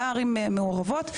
בערים מעורבות,